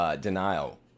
denial